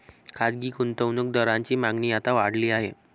खासगी गुंतवणूक दारांची मागणी आता वाढली आहे